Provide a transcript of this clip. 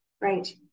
Right